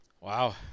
Wow